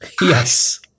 yes